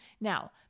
Now